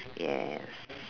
yes